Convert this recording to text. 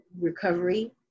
recovery